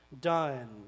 done